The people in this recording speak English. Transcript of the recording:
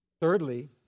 Thirdly